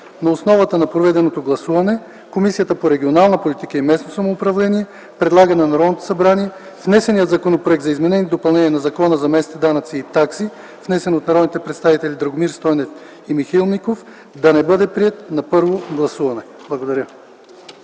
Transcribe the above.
На основата на проведеното гласуване Комисията по регионална политика и местно самоуправление предлага на Народното събрание внесеният Законопроект за изменение и допълнение на Закона за местните данъци и такси, внесен от народните представители Драгомир Стойнев и Михаил Миков, да не бъде приет на първо гласуване.” Благодаря.